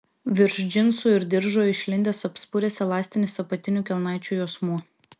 virš džinsų ir diržo išlindęs apspuręs elastinis apatinių kelnaičių juosmuo